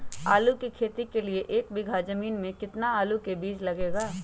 आलू की खेती के लिए एक बीघा जमीन में कितना आलू का बीज लगेगा?